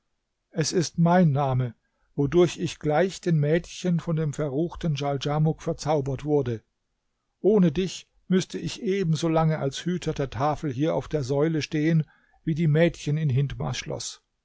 es ist mein name wodurch ich gleich den mädchen von dem verruchten djaldjamuk verzaubert wurde ohne dich müßte ich eben so lange als hüter der tafel hier auf der säule stehen wie die mädchen in hindmars schloß